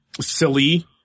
silly